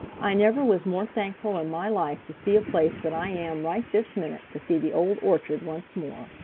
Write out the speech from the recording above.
i never was more thankful in my life to see a place than i am right this minute to see the old orchard once more.